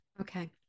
Okay